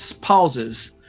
pauses